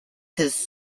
his